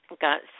got